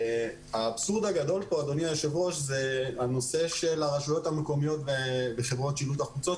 האבסורד הגדול פה זה הנושא של הרשויות המקומיות וחברות שילוט החוצות,